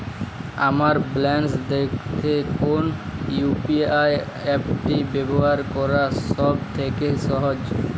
আমার ব্যালান্স দেখতে কোন ইউ.পি.আই অ্যাপটি ব্যবহার করা সব থেকে সহজ?